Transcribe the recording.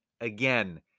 again